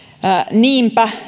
niinpä